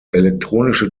elektronische